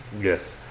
Yes